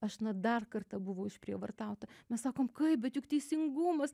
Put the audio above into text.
aš na dar kartą buvau išprievartauta mes sakome kaip bet juk teisingumas